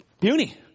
puny